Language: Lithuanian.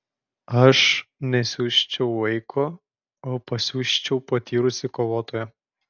aš nesiųsčiau vaiko o pasiųsčiau patyrusį kovotoją